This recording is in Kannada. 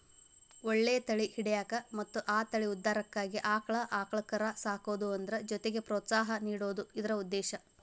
ಒಳ್ಳೆ ತಳಿ ಹಿಡ್ಯಾಕ ಮತ್ತ ಆ ತಳಿ ಉದ್ಧಾರಕ್ಕಾಗಿ ಆಕ್ಳಾ ಆಕಳ ಕರಾ ಸಾಕುದು ಅದ್ರ ಜೊತಿಗೆ ಪ್ರೋತ್ಸಾಹ ನೇಡುದ ಇದ್ರ ಉದ್ದೇಶಾ